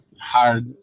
hard